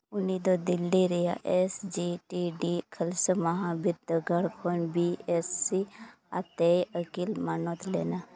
ᱩᱱᱤ ᱫᱚ ᱫᱤᱞᱞᱤ ᱨᱮᱭᱟᱜ S G T D Khalsa ᱢᱟᱦᱟ ᱵᱤᱨᱫᱟᱹᱜᱟᱲ ᱠᱷᱚᱱ ᱵᱤ ᱮᱥ ᱥᱤ ᱟᱛᱮᱭ ᱟᱹᱠᱤᱞ ᱢᱟᱱᱚᱛ ᱞᱮᱱᱟ